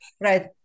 Right